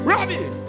Robbie